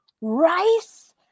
Rice